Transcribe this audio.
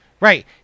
Right